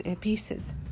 pieces